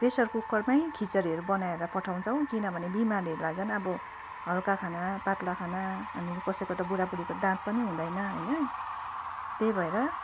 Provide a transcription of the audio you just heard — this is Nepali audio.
प्रेसर कुकरमै खिचडीहरू बनाएर पठाउँछौँ किनभने बिमारीहरूलाई झन् अब हलुका खाना पात्ला खाना अनि कसैको त बुढाबुढीको दाँत पनि हुँदैन होइन त्यही भएर